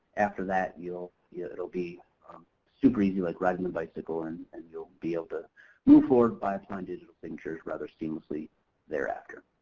after that, yeah it'll be super easy like riding a bicycle and and you'll be able to move forward by applying digital signatures rather seamlessly thereafter.